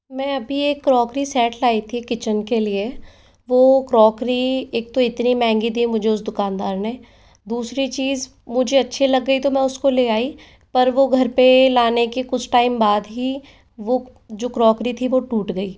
मैं अभी एक क्रॉकरी सैट लाई थी किचन के लिए वो क्रॉकरी एक तो इतनी महंगी दी है मुझे उस दुकानदार ने दूसरी चीज़ मुझे अच्छी लग गई तो मैं उस को ले आई पर वो घर पे लाने के कुछ टाइम बाद ही वो जो क्रॉकरी थी वो टूट गई